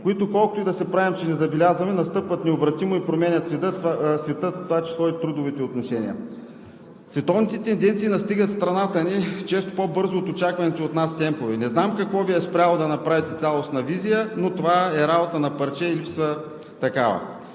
които, колкото и да се правим, че не забелязваме, настъпват необратимо и променят света, в това число и трудовите отношения. Световните тенденции настигат страната ни – често по-бързо от очакваните от нас темпове. Не знам какво Ви е спряло да направите цялостна визия, но това е работа на парче и липса на такава.